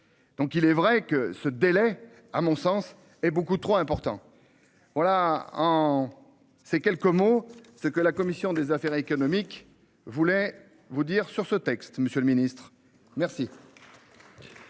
Donc il est vrai que ce délai à mon sens est beaucoup trop important. Voilà en ces quelques mots ce que la commission des affaires économiques voulait vous dire sur ce texte, Monsieur le Ministre, merci.